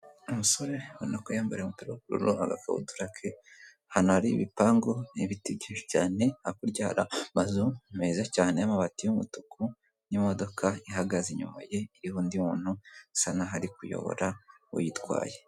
Umusore ubonako yambaye umupira w'ubururu, agakabutura ke, ahantu hari ibipangu n'ibiti byinshi cyane, hakurya hari amazu meza cyane y'amabati y'umutuku n'imodoka ihagaze inyuma ye iriho undi muntu asa nk'aho ari kuyobora uwuyitwaye.